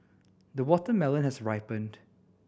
the watermelon has ripened